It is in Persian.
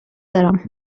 دارم